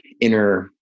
inner